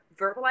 verbalize